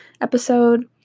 episode